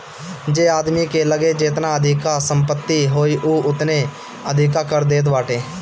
जे आदमी के लगे जेतना अधिका संपत्ति होई उ ओतने अधिका कर देत बाटे